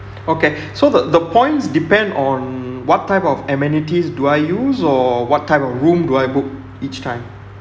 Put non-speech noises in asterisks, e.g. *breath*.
okay *breath* so the the points depend on what type of amenities do I use or what type of room do I book each time